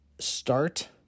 start